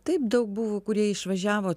taip daug buvo kurie išvažiavo